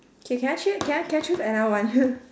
okay can I ch~ can I can I choose another one